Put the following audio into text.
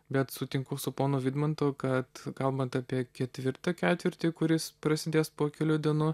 bet sutinku su ponu vidmantu kad kalbant apie ketvirtą ketvirtį kuris prasidės po kelių dienų